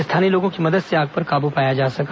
स्थानीय लोगों की मदद से आग पर काबू पाया जा सका